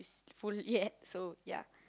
full yet so ya